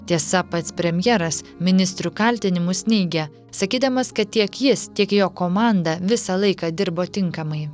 tiesa pats premjeras ministrių kaltinimus neigia sakydamas kad tiek jis tiek jo komanda visą laiką dirbo tinkamai